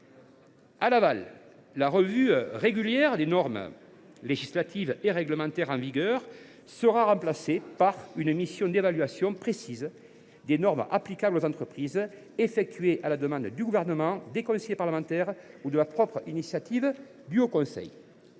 En aval, la revue régulière des normes législatives et réglementaires en vigueur sera remplacée par une mission d’évaluation précise des normes applicables aux entreprises, effectuée à la demande du Gouvernement, des commissions parlementaires ou sur la propre initiative du haut conseil.